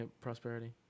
Prosperity